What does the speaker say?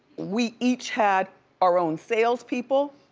we each had our own salespeople.